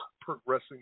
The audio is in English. progressing